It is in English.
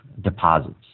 deposits